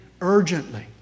urgently